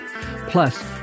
Plus